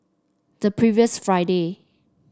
the previous Friday